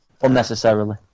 unnecessarily